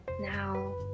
now